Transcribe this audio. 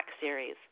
series